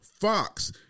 Fox